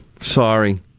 Sorry